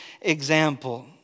example